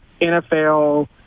NFL